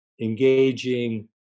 engaging